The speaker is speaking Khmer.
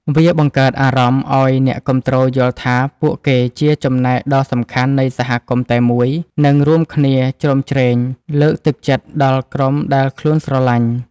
វាបង្កើតអារម្មណ៍ឱ្យអ្នកគាំទ្រយល់ថាពួកគេជាចំណែកដ៏សំខាន់នៃសហគមន៍តែមួយ និង រួមគ្នាជ្រោមជ្រែងលើកទឹកចិត្តដល់ក្រុមដែលខ្លួនស្រលាញ់។